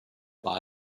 war